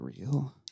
real